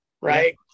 right